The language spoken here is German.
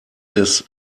des